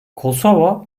kosova